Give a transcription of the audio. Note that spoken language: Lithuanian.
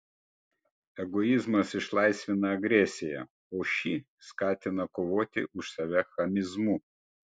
egoizmas išlaisvina agresiją o ši skatina kovoti už save chamizmu